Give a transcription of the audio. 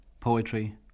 poetry